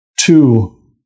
two